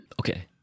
Okay